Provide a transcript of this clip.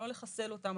לא לחסל אותם.